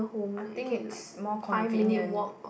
I think it's more convenient